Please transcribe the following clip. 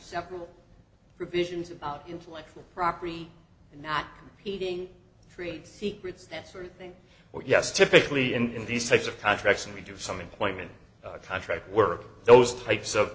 several provisions about intellectual property and not competing three secrets that sort of thing or yes typically in these types of contracts and we do have some employment contract work those types of